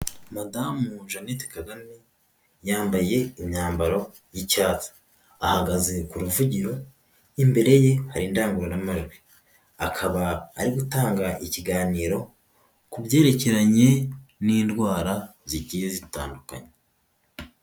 Madamu Jeannette Kagame yambaye imyambaro y'icyatsi, ahagaze ku ruvugiro imbere ye hari indangururamajwi akaba ari gutanga ikiganiro ku byerekeranye n'indwara zigiye zitandukanye.